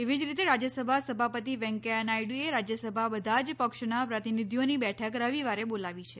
એવી જ રીતે રાજ્યસભા સભાપતિ વેંકૈયા નાયડુએ રાજ્યસભા બધા જ પક્ષીનાં પ્રતિનિધીઓની બેઠક રવિવારે બોલાવી છે